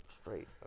straight